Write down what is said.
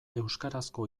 euskarazko